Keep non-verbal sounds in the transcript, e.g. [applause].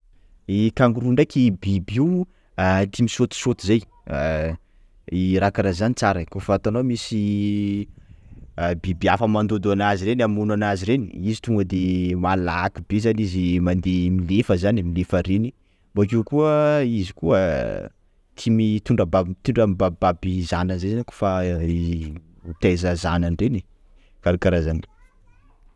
I Kangoroa ndraiky biby io ah tia misotisoty zay [hesitation] I raha karah zany tsara koa fa hitanao misy biby hafa mandondo azy reny amono anazy reny, izy tonga de malaky be zany izy mandeha milefa zany milefa reny, bakeo koa izy koa tia mitondra mibaby tia mibabibaby zanany zay koafa mitaiza zanany reny e, karakarah zany.